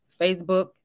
Facebook